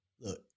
Look